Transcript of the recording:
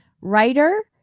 writer